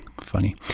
Funny